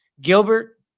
Gilbert